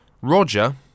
Roger